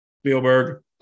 Spielberg